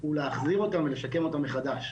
הוא להחזיר אותם ולשקם אותם מחדש.